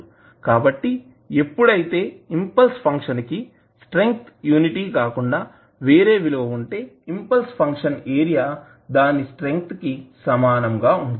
కాబట్టి ఎప్పుడైతే impulse function కి స్ట్రెంగ్త్ యూనిటీ కాకుండా వేరే విలువ ఉంటే ఇంపల్స్ ఫంక్షన్ ఏరియా దాని స్ట్రెంగ్త్ కి సమానంగా ఉంటుంది